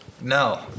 No